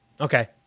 Okay